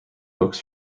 books